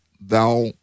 thou